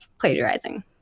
plagiarizing